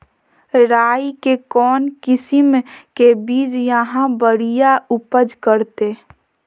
राई के कौन किसिम के बिज यहा बड़िया उपज करते?